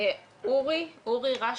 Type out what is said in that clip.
אורי רשטיק?